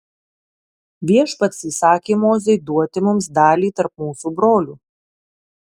viešpats įsakė mozei duoti mums dalį tarp mūsų brolių